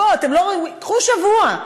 קחו שבוע,